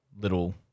little